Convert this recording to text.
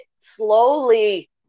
slowly